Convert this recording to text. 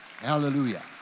Hallelujah